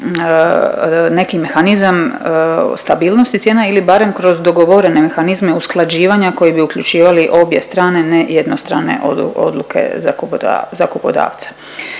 neki mehanizam stabilnosti cijena ili barem kroz dogovorene mehanizme usklađivanja koji bi uključivali obje strane ne jednostrane odluke zakupodavca.